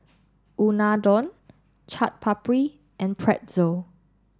Unadon Chaat Papri and Pretzel